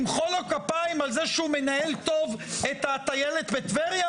למחוא לו כפיים על זה שהוא מנהל טוב את הטיילת בטבריה?